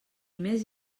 més